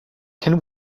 can